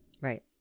Right